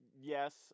Yes